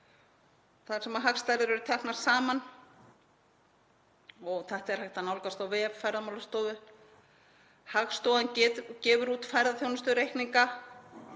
þar sem hagstærðir eru teknar saman. Þetta er hægt að nálgast á vef Ferðamálastofu. Hagstofan gefur út ferðaþjónustureikninga